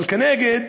אבל מנגד,